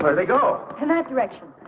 they go to that